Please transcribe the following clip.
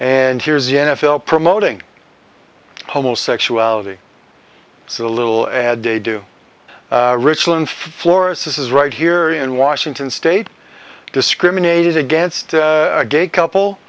and here's the n f l promoting homosexuality is a little ad they do richland florists this is right here in washington state discriminated against a gay couple